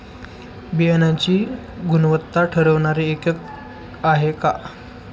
बियाणांची गुणवत्ता ठरवणारे एकक आहे का?